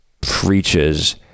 preaches